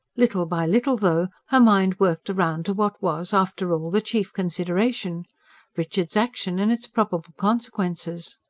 little by little, though, her mind worked round to what was, after all, the chief consideration richard's action and its probable consequences.